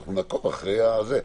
אנחנו נעקוב אחרי זה.